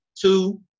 two –